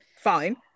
fine